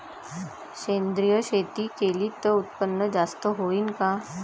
सेंद्रिय शेती केली त उत्पन्न जास्त होईन का?